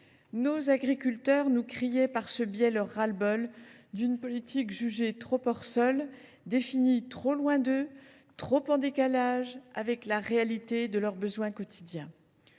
Nos agriculteurs nous criaient par ce biais leur ras le bol d’une politique jugée trop hors sol, définie trop loin d’eux, trop en décalage avec la réalité de leurs besoins quotidiens.